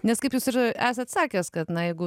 nes kaip jūs ir esat sakęs kad na jeigu